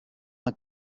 d’un